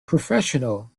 professional